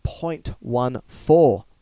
0.14